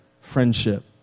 friendship